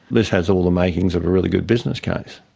this has all the makings of a really good business case.